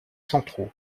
centraux